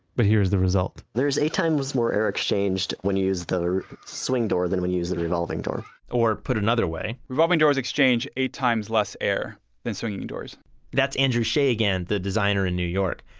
but here's the result there's eight times more air exchanged when you use the swing door than when you use the revolving door or put another way revolving doors exchange eight times less air than swinging doors that's andrew shea again, the designer in new york.